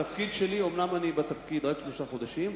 אומנם אני בתפקיד רק שלושה חודשים,